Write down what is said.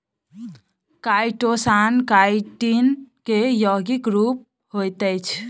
chitosan chitin के यौगिक रूप होइत अछि